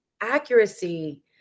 accuracy